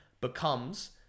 becomes